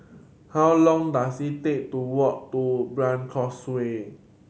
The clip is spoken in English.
how long dose it take to walk to Brani Causeway